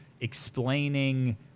explaining